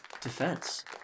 Defense